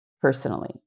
personally